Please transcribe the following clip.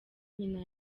nyina